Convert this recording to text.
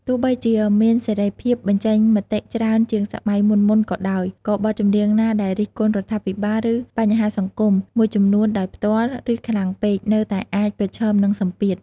ទោះបីជាមានសេរីភាពបញ្ចេញមតិច្រើនជាងសម័យមុនៗក៏ដោយ ក៏បទចម្រៀងណាដែល រិះគន់រដ្ឋាភិបាល ឬបញ្ហាសង្គម មួយចំនួនដោយផ្ទាល់ ឬខ្លាំងពេក នៅតែអាចប្រឈមនឹងសម្ពាធ។